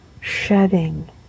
shedding